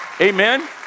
Amen